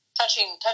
touching